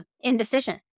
indecision